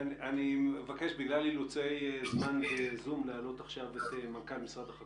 בגלל אילוצי זמן וזום, אני